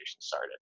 started